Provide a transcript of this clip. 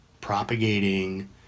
propagating